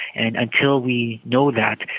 and until we know that,